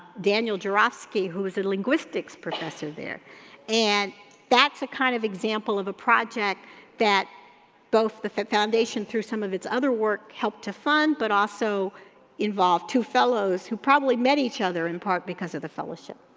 daniel jurafsky, who was a linguistics professor there and that's a kind of example of a project that both the foundation, through some of its other work, helped to fund but also involve two fellows who probably met each other in part because of the fellowship.